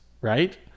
right